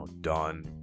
done